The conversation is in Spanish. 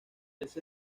ese